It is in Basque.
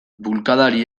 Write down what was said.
bulkadari